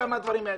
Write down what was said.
כמה הדברים האלה.